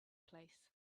place